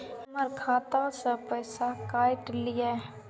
हमर खाता से पैसा काट लिए?